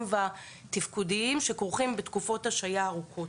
והתפקודיים שכרוכים בתקופות השעיה ארוכות.